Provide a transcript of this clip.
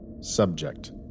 Subject